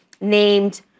named